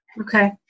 Okay